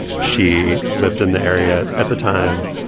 she lived in the area at the time.